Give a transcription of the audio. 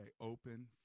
open